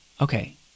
okay